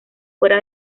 fuera